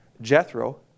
Jethro